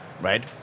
right